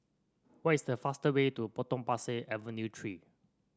what is the fastest way to Potong Pasir Avenue Three